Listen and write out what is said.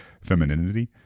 Femininity